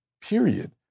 period